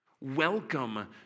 Welcome